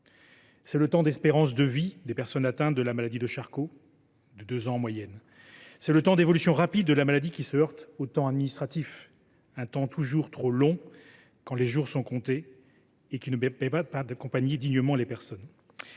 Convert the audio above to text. C’est le temps d’espérance de vie des personnes atteintes de la maladie de Charcot, de deux ans en moyenne. C’est le temps d’évolution rapide de la maladie, qui se heurte au temps administratif, un temps toujours trop long quand les jours sont comptés, un temps qui ne permet pas d’accompagner dignement les personnes.